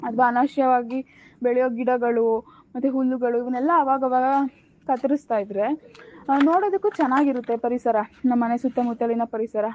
ಅಥವಾ ಅನವಶ್ಯವಾಗಿ ಬೆಳೆಯೋ ಗಿಡಗಳು ಮತ್ತು ಹುಲ್ಲುಗಳು ಇವ್ನೆಲ್ಲ ಆವಾಗ ಆವಾಗ ಕತ್ತರಿಸ್ತಾ ಇದ್ದರೆ ನೋಡೋದಕ್ಕು ಚೆನ್ನಾಗಿರುತ್ತೆ ಪರಿಸರ ನಮ್ಮನೆ ಸುತ್ತಮುತ್ತಲಿನ ಪರಿಸರ